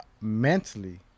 mentally